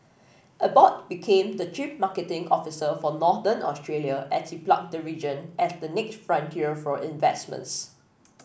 Abbott became the chief marketing officer for Northern Australia as he plugged the region as the next frontier for investments